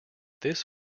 this